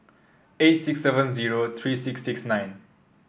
eight six seven zero three six six nine